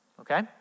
okay